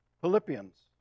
Philippians